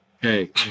Hey